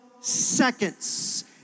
seconds